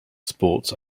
sports